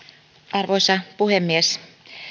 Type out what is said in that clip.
arvoisa puhemies